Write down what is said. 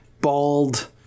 bald